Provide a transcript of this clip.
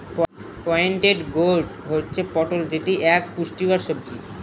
pointed gourd হচ্ছে পটল যেটি এক পুষ্টিকর সবজি